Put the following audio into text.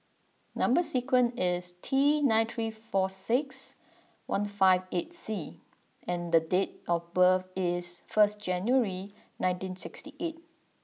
number sequence is T nine three four six one five eight C and date of birth is first January nineteen sixty eight